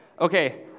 Okay